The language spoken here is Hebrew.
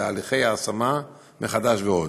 בהליכי השמה מחדש ועוד.